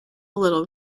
little